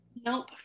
nope